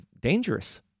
dangerous